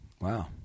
wow